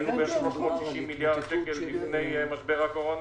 בערך 360 מיליארד שקל לפני משבר הקורונה.